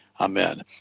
Amen